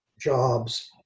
jobs